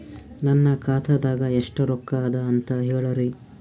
ನನ್ನ ಖಾತಾದಾಗ ಎಷ್ಟ ರೊಕ್ಕ ಅದ ಅಂತ ಹೇಳರಿ?